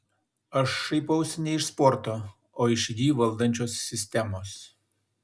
aš šaipausi ne iš sporto o iš jį valdančios sistemos